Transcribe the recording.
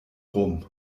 rum